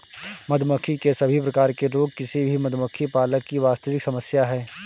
मधुमक्खी के सभी प्रकार के रोग किसी भी मधुमक्खी पालक की वास्तविक समस्या है